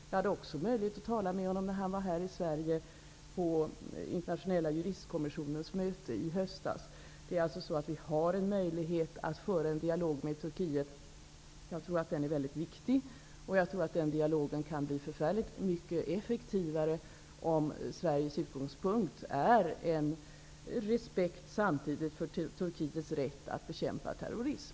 Jag fick också möjlighet att tala med honom när han var här i Sverige på Internationella juristkommissionens möte i höstas. Vi har alltså möjlighet att föra en dialog med Turkiet, och den är väldigt viktig. Jag tror att dialogen kan bli mycket effektivare om samtidigt Sveriges utgångspunkt är respekten för Turkiets rätt att bekämpa terrorism.